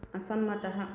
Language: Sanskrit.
असम्मतः